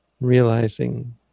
realizing